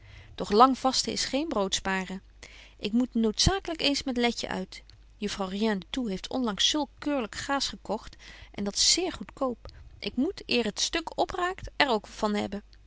doch lang vasten is geen brood sparen ik moet noodzakelyk eens met letje uit juffrouw rien du tout heeft onlangs zulk keurlyk gaas gekogt en dat zeer betje wolff en aagje deken historie van mejuffrouw sara burgerhart goedkoop ik moet eer het stuk op raakt er ook van hebben